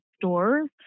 stores